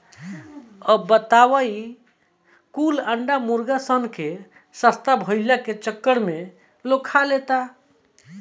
अब बताव ई कुल अंडा मुर्गा सन के सस्ता भईला के चक्कर में लोग खा लेता